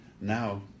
now